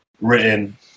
written